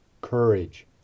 courage